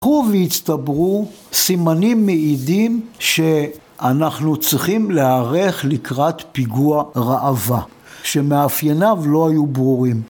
הלכו והצטברו סימנים מעידים שאנחנו צריכים להערך לקראת פיגוע ראווה, שמאפייניו לא היו ברורים